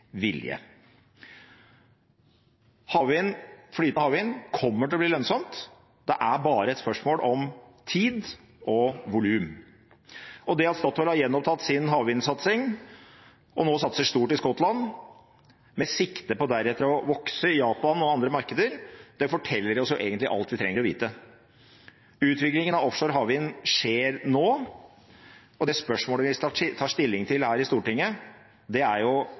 Flytende havvind kommer til å bli lønnsomt. Det er bare et spørsmål om tid og volum. Det at Statoil har gjenopptatt sin havvindsatsing og nå satser stort i Skottland, med sikte på deretter å vokse i Japan og andre markeder, forteller oss egentlig alt vi trenger å vite. Utviklingen av offshore havvind skjer nå. Det spørsmålet vi her i Stortinget tar stilling til, er i hvilken grad Norge vil være med på den satsingen. Ja, det er